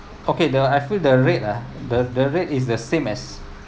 okay the I feel the rate ah the the rate is the same as